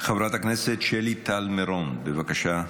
חברת הכנסת שלי טל מירון, בבקשה.